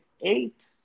eight